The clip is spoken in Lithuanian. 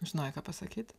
žinojai ką pasakyt